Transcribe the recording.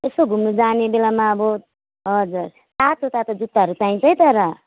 यसो घुम्नु जाने बेलामा अब हजुर तातो तातो जुत्ताहरू चाहिन्छ है तर